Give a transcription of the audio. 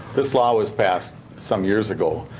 this law was passed some years ago,